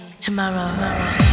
tomorrow